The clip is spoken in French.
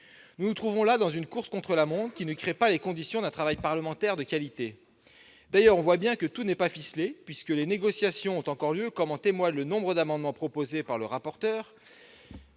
Nous nous trouvons placés dans une course contre la montre, ce qui ne crée pas les conditions d'un travail parlementaire de qualité. D'ailleurs, on voit bien que tout n'est pas ficelé, puisque des négociations ont encore lieu, comme en témoigne le nombre d'amendements présentés par le rapporteur